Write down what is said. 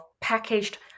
packaged